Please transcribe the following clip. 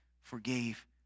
forgave